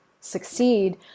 succeed